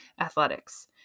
athletics